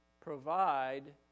provide